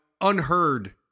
unheard